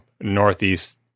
Northeast